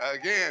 again